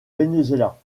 venezuela